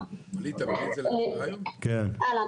אבל לעשות את זה קצר.